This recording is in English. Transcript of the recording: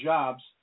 Jobs